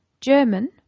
German